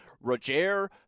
Roger